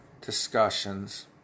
discussions